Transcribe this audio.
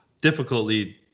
difficultly